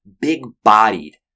big-bodied